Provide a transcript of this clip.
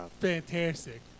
fantastic